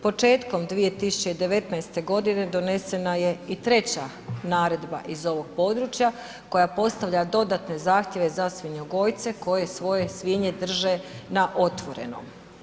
Početkom 2019.g. donesena je i treća naredba iz ovog područja koja postavlja dodatne zahtjeve za svinjogojce koji svoje svinje drže na otvorenom.